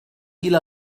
إلى